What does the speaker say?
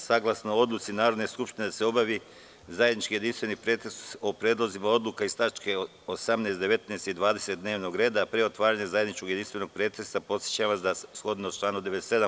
Saglasno odluci Narodne skupštine da se obavi zajednički jedinstveni pretres o predlozima odlukama tačaka 18, 19. i 20. dnevnog reda, a pre otvaranja zajedničkog jedinstvenog pretresa, podsećam vas da, shodno članu 97.